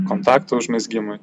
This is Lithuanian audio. kontaktų užmezgimui